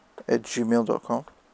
at gmail dot com